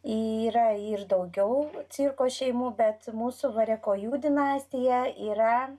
yra ir daugiau cirko šeimų bet mūsų variakojų dinastija yra